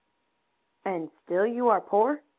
and still you are poor?